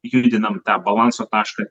judinam tą balanso tašką